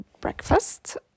breakfast